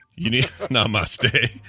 Namaste